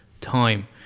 time